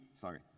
sorry